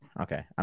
Okay